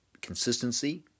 consistency